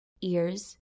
ears